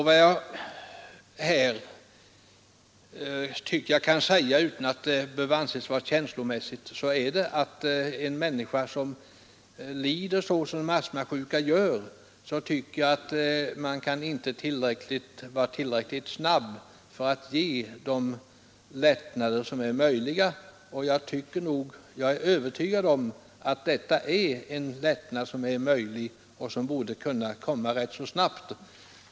Vad jag bör kunna säga utan att det behöver anses vara känslosamt är, att för en människa som lider så som en astmasjuk gör kan man inte vara tillräckligt snabb med att ge de lättnader som är möjliga. Jag är övertygad om att detta är en lättnad, som är möjlig och borde kunna komma snabbt.